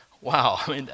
Wow